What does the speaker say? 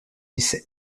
essai